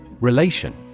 Relation